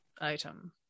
item